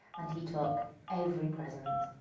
and he took every present!